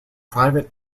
private